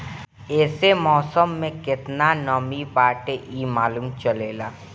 एसे मौसम में केतना नमी बाटे इ मालूम चलेला